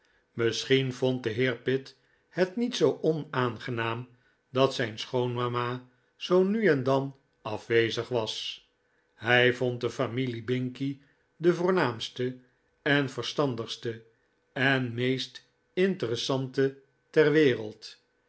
misschien vond de heer pitt het niet zoo onaangenaam dat zijn schoonmama zoo nu en dan afwezig was hij vond de familie binkie de voornaamste en verstandigste en meest intcressante ter wereld